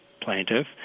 plaintiff